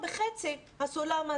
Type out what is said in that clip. זה לא רק בני נוער אבל כל המצב